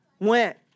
went